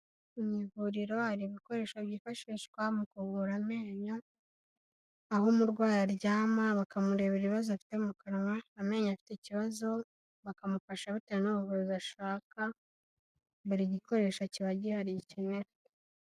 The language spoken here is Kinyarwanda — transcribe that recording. Mu ivuriro hari ibikoresho byifashishwa mu kuvura amenyo, aho umurwayi aryama bakamurebera ibibazo afite mu kanwa, amenyo afite ikibazo bakamufasha bitewe n'ubuvuzi ashaka, buri gikoresho kiba gihari gikenewe.